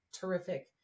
terrific